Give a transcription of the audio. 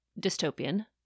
dystopian